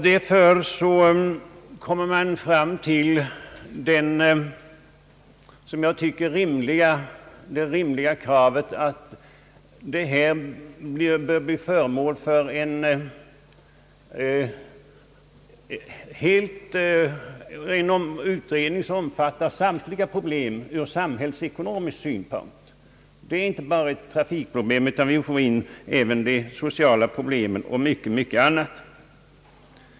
Därför kommer man fram till det som jag tycker rimliga kravet att detta spörsmål bör bli föremål för en utredning som omfattar samtliga problem ur samhällsekonomisk synpunkt. Det rör sig inte bara om ett trafikproblem, utan vi får in också sociala och många andra problem.